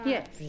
Yes